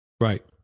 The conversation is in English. Right